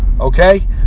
Okay